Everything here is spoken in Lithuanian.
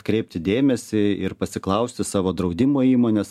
kreipti dėmesį ir pasiklausti savo draudimo įmonės